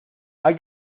hay